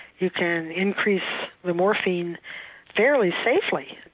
you can increase the morphine fairly safely.